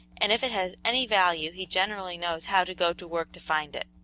and if it has any value he generally knows how to go to work to find it.